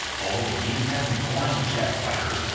although the game has you flying jet fighters,